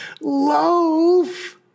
Loaf